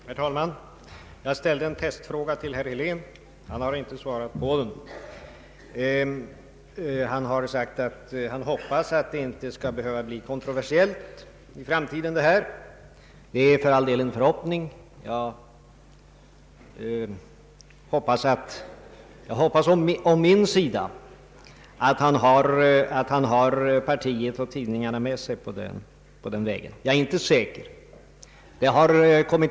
Herr talman! Jag ställde en testfråga till herr Helén; han har inte svarat på den. Han har sagt att han hoppas att denna fråga inte skall behöva bli kontroversiell i framtiden. Jag hoppas att han har partiet och tidningarna med sig i den uppfattningen, men jag är inte säker därpå.